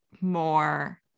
more